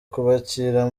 kubakira